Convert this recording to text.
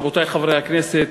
רבותי חברי הכנסת,